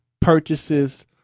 purchases